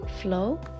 flow